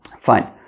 Fine